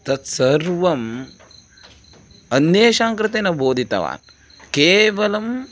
तत्सर्वम् अन्येषां कृते न बोधितवान् केवलम्